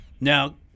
now